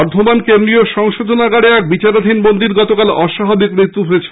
বর্ধমান কেন্দ্রীয় সংশোধনাগারে এক বিচারাধীন বন্দীর অস্বাভাবিক মৃত্যু হয়েছে